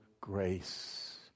grace